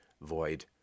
void